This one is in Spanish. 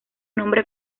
nombre